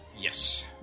Yes